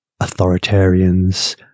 authoritarians